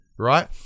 right